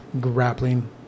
grappling